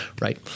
right